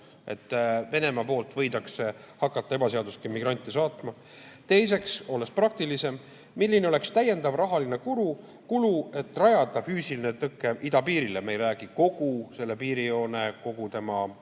et Venemaa poolt võidakse hakata ebaseaduslikke immigrante saatma? Teiseks, olles praktilisem: milline oleks täiendav rahaline kulu, et rajada füüsiline tõke idapiiril? Me ei räägi kogu selle piirijoone kogu tema